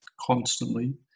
constantly